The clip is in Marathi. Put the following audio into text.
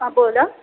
हां बोला